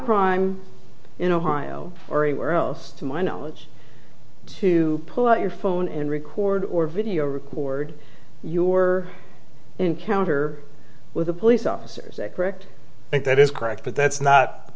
crime in ohio or anywhere else to my knowledge to pull out your phone and record or video record your encounter with the police officers correct and that is correct but that's not